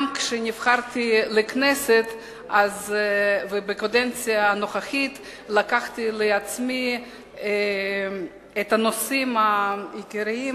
גם כשנבחרתי לכנסת ובקדנציה הנוכחית לקחתי על עצמי את הנושאים העיקריים,